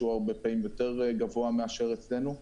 שהוא הרבה פעמים יותר גבוה מאשר אצלנו.